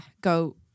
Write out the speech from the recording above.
go